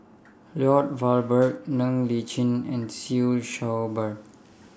Lloyd Valberg Ng Li Chin and Siew Shaw Her